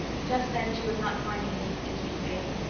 just then she was not finding it easy to keep faith.